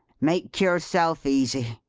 make yourself easy,